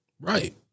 Right